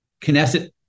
Knesset